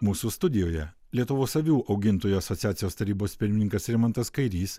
mūsų studijoje lietuvos avių augintojų asociacijos tarybos pirmininkas rimantas kairys